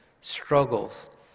struggles